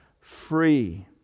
free